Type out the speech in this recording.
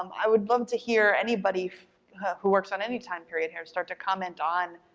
um i would love to hear anybody who works on any time period here start to comment on,